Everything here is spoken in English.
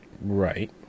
right